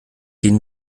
gehen